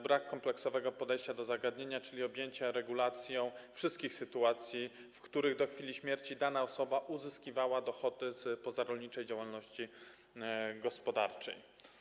Brak kompleksowego podejścia do zagadnienia, czyli objęcia regulacją wszystkich sytuacji, w których do chwili śmierci dana osoba uzyskiwała dochody z pozarolniczej działalności gospodarczej.